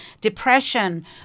depression